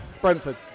Brentford